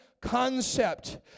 concept